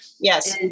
Yes